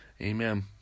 Amen